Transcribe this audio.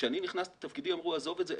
כשאני נכנסתי לתפקידי אמרו עזוב את זה,